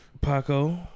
Paco